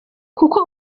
kuko